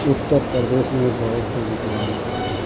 उत्तर प्रदेश में बहुत से भी विद्वान आते हैं